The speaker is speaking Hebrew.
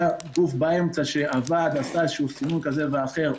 היה גוף באמצע שעבד, עשה סינון כזה או אחר,